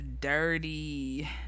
dirty